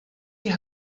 die